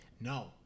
no